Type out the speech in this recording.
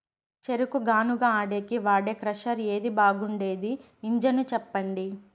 చెరుకు గానుగ ఆడేకి వాడే క్రషర్ ఏది బాగుండేది ఇంజను చెప్పండి?